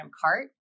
cart